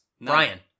Brian